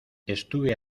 estuve